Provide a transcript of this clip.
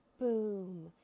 Boom